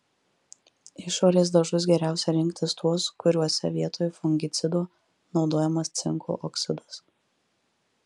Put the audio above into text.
išorės dažus geriausia rinktis tuos kuriuose vietoj fungicido naudojamas cinko oksidas